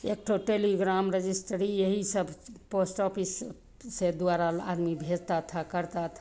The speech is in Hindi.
एकठो टेलीग्राम रजिस्ट्री यही सब पोस्ट ऑफिस से द्वारा आदमी भेजता था करता था